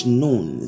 known